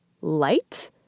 light